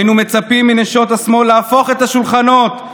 היינו מצפים מנשות השמאל להפוך את השולחנות,